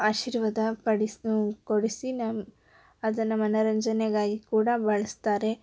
ಆಶೀರ್ವಾದ ಪಡಿಸಿ ಕೊಡಿಸಿ ನ ಅದನ್ನು ಮನರಂಜನೆಗಾಗಿ ಕೂಡ ಬಳಸ್ತಾರೆ